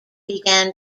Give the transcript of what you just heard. began